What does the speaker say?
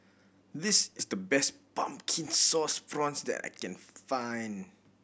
this is the best Pumpkin Sauce Prawns that I can find